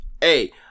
hey